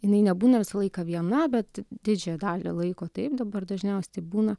jinai nebūna visą laiką viena bet didžiąją dalį laiko taip dabar dažniausiai taip būna